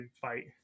fight